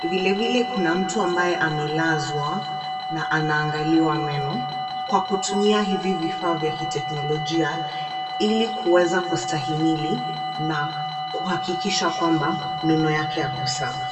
Vile vile kuna mtu ambaye amelazwa na anaangaliwa meno kwa kutumia hivi vifaa vya kiteknolojia, ili kuweza kustahimili na kuhakikisha kwamba meno yake yako sawa.